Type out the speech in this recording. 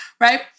right